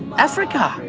africa,